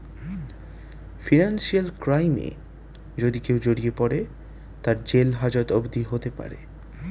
financial ক্রাইমে যদি কেও জড়িয়ে পরে, তার জেল হাজত অবদি হতে পারে